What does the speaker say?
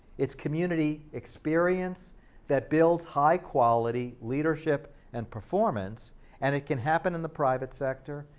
it's community experience that builds high-quality leadership and performance and it can happen in the private sector,